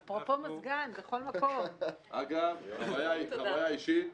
אגב, חוויה אישית,